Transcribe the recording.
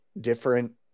different